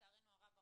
שלצערנו הרב,